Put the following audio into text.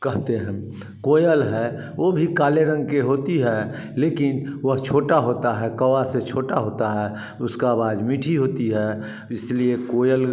कहते हैं कोयल है वो भी काले रंग की होती है लेकिन वह छोटा होता है कौवा से छोटा होता है उसका आवाज मीठी होती है इसलिए कोयल